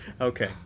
Okay